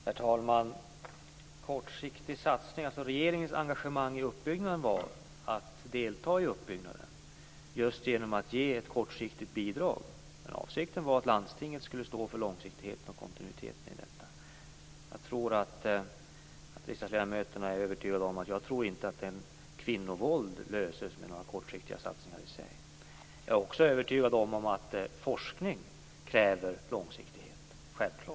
Herr talman! Regeringens engagemang var att delta i uppbyggnaden genom att ge ett kortsiktigt bidrag. Men avsikten var att landstinget skulle stå för långsiktigheten och kontinuiteten. Jag tror att riksdagsledamöterna är övertygade om att jag inte tror att kvinnovåld löses med hjälp av kortsiktiga satsningar. Jag är också övertygad om att forskning kräver långsiktighet. Självklart.